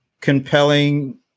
compelling